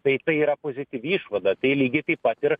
tai tai yra pozityvi išvada tai lygiai taip pat ir